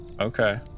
Okay